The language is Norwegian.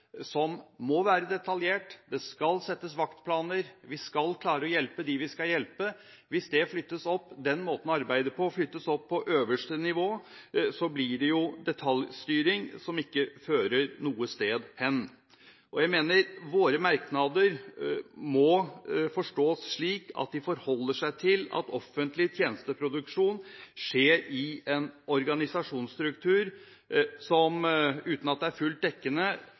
må være detaljert, det skal settes vaktplaner, man skal klare å hjelpe dem man skal hjelpe. Hvis den måten å arbeide på flyttes opp på øverste nivå, blir det detaljstyring som ikke fører noe sted hen. Jeg mener våre merknader må forstås slik at de forholder seg til at offentlig tjenesteproduksjon skjer i en organisasjonsstruktur som – uten at det er fullt dekkende